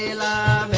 la